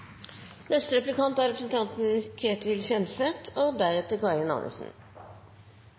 Neste taler er representanten og